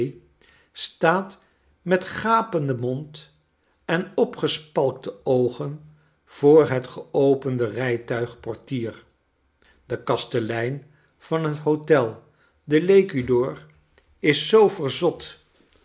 staat met gapenden mond en opgespalkte oogen voor het geopende rijtuigportier de kastelein van het hotel de l'ecu d'or is zoo verzot